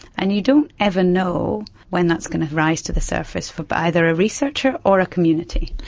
and you don't ever know when that is going to rise to the surface for either a researcher or a community.